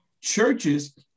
churches